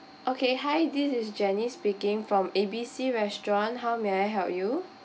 okay hi this is janice speaking from A B C restaurant how may I help you